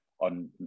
on